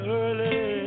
early